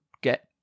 get